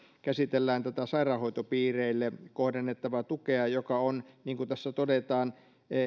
käsitellään tätä sairaanhoitopiireille kohdennettavaa tukea joka on niin kuin tässä todetaan